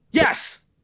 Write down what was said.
Yes